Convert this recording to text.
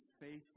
faithful